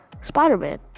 Spider-Man